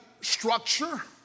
structure